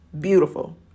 Beautiful